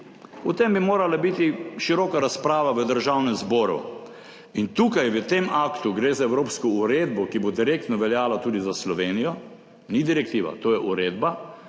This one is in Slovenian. o tem bi morala biti široka razprava v Državnem zboru in tukaj v tem aktu gre za evropsko uredbo, ki bo direktno veljala tudi za Slovenijo, ni direktiva, to je uredba,